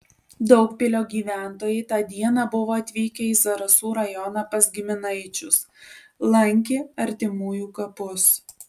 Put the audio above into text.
daugpilio gyventojai tą dieną buvo atvykę į zarasų rajoną pas giminaičius lankė artimųjų kapus